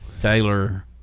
Taylor